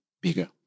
bigger